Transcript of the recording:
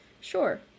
sure